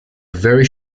very